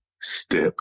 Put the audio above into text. step